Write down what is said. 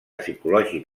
psicològic